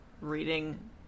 reading